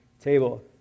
table